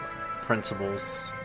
principles